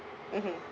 mmhmm